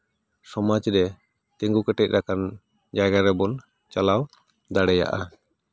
ᱥᱟᱢᱟᱡᱽ ᱨᱮ ᱛᱤᱜᱩ ᱠᱮᱴᱮᱡ ᱞᱮᱠᱟᱱ ᱡᱟᱭᱜᱟ ᱨᱮᱵᱚᱱ ᱪᱟᱞᱟᱣ ᱫᱟᱲᱮᱭᱟᱜᱼᱟ